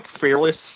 fearless